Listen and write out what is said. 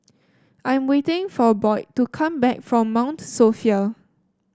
I am waiting for Boyd to come back from Mount Sophia